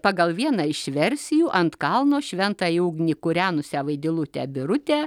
vien pagal vieną iš versijų ant kalno šventąją ugnį kūrenusią vaidilutę birutę